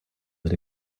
that